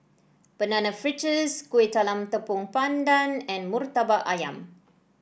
Banana Fritters Kueh Talam Tepong Pandan and murtabak ayam